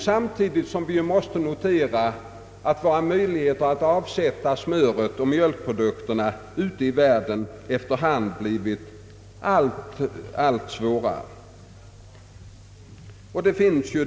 Samtidigt måste vi dock notera att våra möjligheter att avsätta smör och mjölkprodukter ute i världen efter hand har blivit allt mindre.